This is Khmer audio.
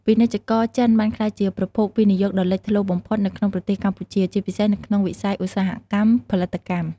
ពាណិជ្ជករចិនបានក្លាយជាប្រភពវិនិយោគដ៏លេចធ្លោបំផុតនៅក្នុងប្រទេសកម្ពុជា ជាពិសេសនៅក្នុងវិស័យឧស្សាហកម្មផលិតកម្ម។